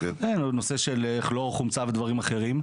נושא של כלור, חומצה ודברים אחרים,